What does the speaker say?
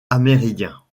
amérindiens